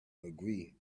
agree